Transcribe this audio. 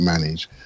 manage